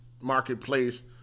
Marketplace